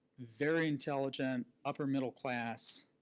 very intelligent, upper middle class.